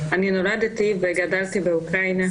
אני נולדתי וגדלתי באוקראינה.